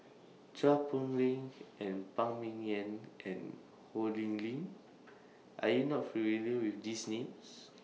Chua Poh Leng and Phan Ming Yen and Ho Lee Ling Are YOU not familiar with These Names